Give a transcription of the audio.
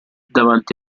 davanti